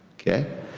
Okay